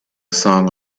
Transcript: song